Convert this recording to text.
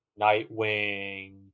Nightwing